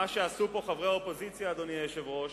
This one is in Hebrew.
מה שעשו פה חברי האופוזיציה, אדוני היושב-ראש,